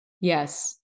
Yes